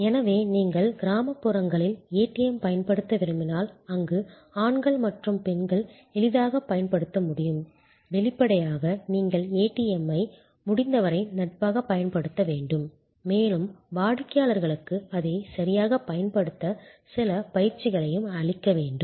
எனவே நீங்கள் கிராமப்புறங்களில் ஏடிஎம் பயன்படுத்த விரும்பினால் அங்கு ஆண்கள் மற்றும் பெண்கள் எளிதாக பயன்படுத்த முடியும் வெளிப்படையாக நீங்கள் ஏடிஎம் ஐ முடிந்தவரை நட்பாகப் பயன்படுத்த வேண்டும் மேலும் வாடிக்கையாளர்களுக்கு அதைச் சரியாகப் பயன்படுத்த சில பயிற்சிகளையும் அளிக்க வேண்டும்